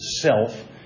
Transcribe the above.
self